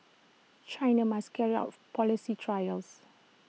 China must carry out policy trials